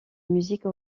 musique